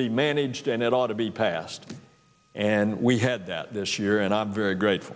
be managed and it ought to be passed and we had that this year and i'm very grateful